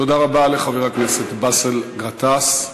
תודה רבה לחבר הכנסת באסל גטאס.